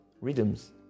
rhythms